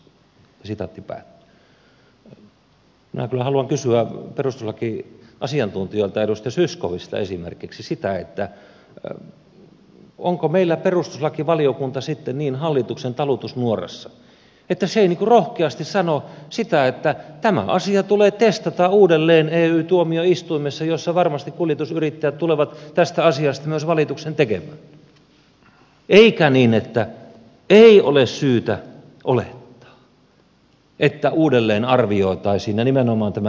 minä kyllä haluan kysyä perustuslakiasiantuntijalta edustaja zyskowiczilta esimerkiksi sitä onko meillä perustuslakivaliokunta sitten niin hallituksen talutusnuorassa että se ei rohkeasti sano sitä että tämä asia tulee testata uudelleen ey tuomioistuimessa jossa varmasti kuljetusyrittäjät tulevat tästä asiasta myös valituksen tekemään eikä niin että ei ole syytä olettaa että uudelleen arvioitaisiin ja nimenomaan tämä elinkeinovapausnäkökulma tässä